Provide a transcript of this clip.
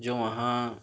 جو وہاں